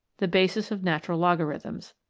the basis of natural logarithms.